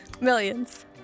Millions